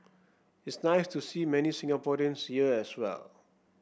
it's nice to see many Singaporeans here as well